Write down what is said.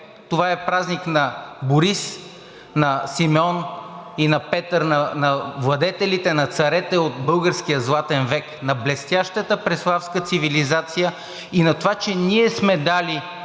Това е празник на Борис, на Симеон и на Петър – на владетелите, на царете от българския Златен век. На блестящата Преславска цивилизация и на това, че „ние сме дали